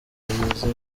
bagakomeza